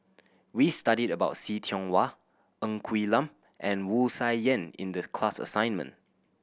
we studied about See Tiong Wah Ng Quee Lam and Wu Tsai Yen in the class assignment